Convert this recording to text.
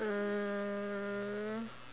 uh